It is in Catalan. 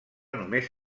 només